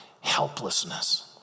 Helplessness